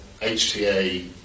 HTA